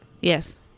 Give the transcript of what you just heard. Yes